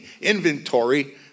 inventory